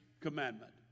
commandment